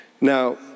now